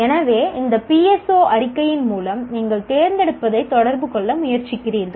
எனவே இந்த PSO அறிக்கையின் மூலம் நீங்கள் தேர்ந்தெடுப்பதை தொடர்பு கொள்ள முயற்சிக்கிறீர்கள்